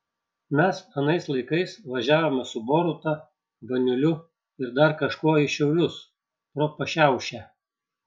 mes anais laikais važiavome su boruta baniuliu ir dar kažkuo į šiaulius pro pašiaušę